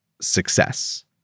success